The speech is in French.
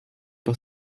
par